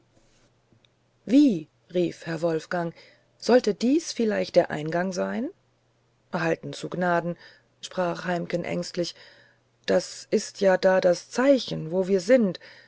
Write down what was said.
wie rief herr wolfgang sollte dies vielleicht der eingang sein halten zu gnaden sprach heimken ängstlich das ist ja da das zeichen wo wir sind